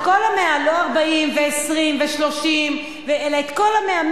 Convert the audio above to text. את כל ה-100, לא 40 ו-20, ו-30, אלא את כל ה-100.